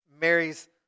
Mary's